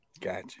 Gotcha